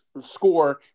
score